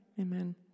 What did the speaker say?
Amen